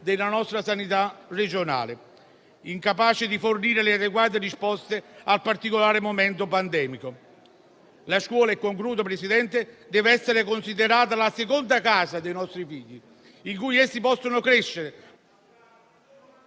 della nostra sanità regionale, incapace di fornire le adeguate risposte al particolare momento pandemico. La scuola, e concludo Presidente, deve essere considerata la seconda casa dei nostri figli, in cui essi possano crescere